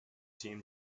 team